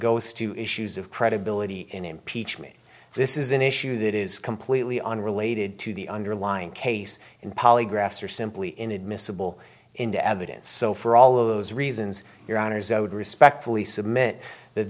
goes to issues of credibility in impeachment this is an issue that is completely unrelated to the underlying case in polygraphs are simply inadmissible in the evidence so for all of those reasons your honour's owed respectfully submit that